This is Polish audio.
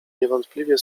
niewątpliwie